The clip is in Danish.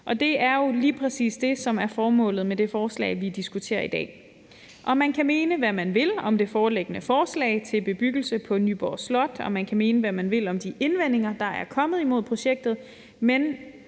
Det er jo lige præcis det, som er formålet med det forslag, vi diskuterer i dag. Man kan mene, hvad man vil om det foreliggende forslag om bebyggelse på Nyborg Slot, og man kan mene, hvad man vil om de indvendinger, der er kommet imod projektet, men